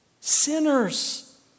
sinners